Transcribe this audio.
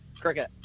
Cricket